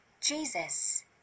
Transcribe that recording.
Jesus